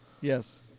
Yes